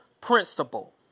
principle